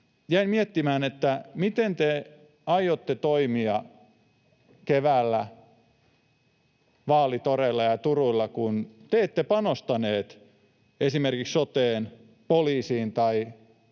jäin miettimään, miten te aiotte toimia keväällä vaalitoreilla ja ‑turuilla, kun te ette panostaneet esimerkiksi soteen tai poliisiin